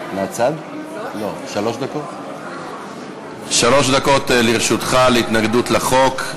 שלוש דקות לרשותך להתנגדות לחוק,